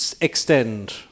extend